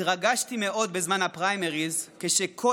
התרגשתי מאוד בזמן הפריימריז כשכל